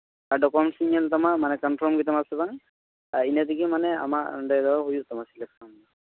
ᱟᱨ documents ᱠᱚᱧ ᱧᱮᱞ ᱛᱟᱢᱟ ᱢᱟᱱᱮ ᱠᱚᱱᱯᱷᱟᱨᱢ ᱜᱮᱛᱟᱢᱟ ᱥᱮ ᱵᱟᱝ ᱟᱨ ᱤᱱᱟᱹ ᱛᱮᱜᱮ ᱢᱟᱱᱮ ᱚᱸᱰᱮ ᱫᱚ ᱦᱩᱭᱩᱜ ᱛᱟᱢᱟ ᱥᱤᱞᱮᱠᱥᱚᱱ